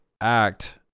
act